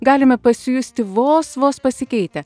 galime pasijusti vos vos pasikeitę